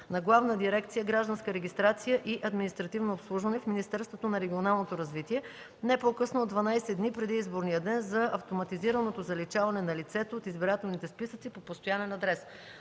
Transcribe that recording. на Главна дирекция „Гражданска регистрация и административно обслужване” в Министерството на регионалното развитие не по-късно от 12 дни преди изборния ден за автоматизираното заличаване на лицето от избирателните списъци по постоянен адрес.